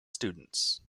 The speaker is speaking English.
students